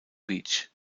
beach